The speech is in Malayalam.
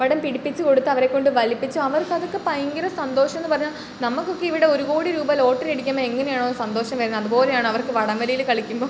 വടം പിടിപ്പിച്ച് കൊടുത്ത് അവരെ കൊണ്ട് വലിപ്പിച്ചു അവർക്ക് അതൊക്കെ ഭയങ്കര സന്തോഷമാന്ന് പറഞ്ഞാൽ നമുക്കൊക്കെ ഇവിടെ ഒരു കോടി രൂപ ലോട്ടറി അടിക്കുമ്പോൾ എങ്ങനെയാണോ സന്തോഷം വരുന്നത് അതുപോലെയാണ് അവർക്ക് വടം വലിയിൽ കളിക്കുമ്പോൾ